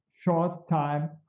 short-time